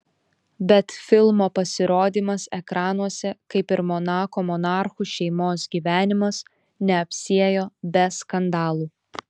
bet filmo pasirodymas ekranuose kaip ir monako monarchų šeimos gyvenimas neapsiėjo be skandalų